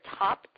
top